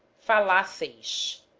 falasseis